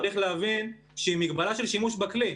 צריך להבין שזו מגבלה של שימוש בכלי.